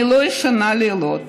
אני לא ישנה לילות,